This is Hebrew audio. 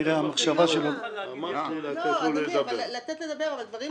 לא, אדוני, לתת לדבר, אבל יש